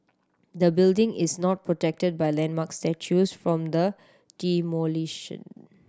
the building is not protected by landmark status from the demolition